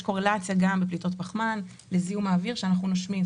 קורלציה גם בפליטות הפחמן לזיהום האוויר שאנחנו נושמים.